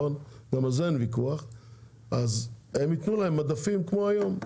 אז הרשתות יתנו להן מדפים כמו היום,